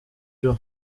joe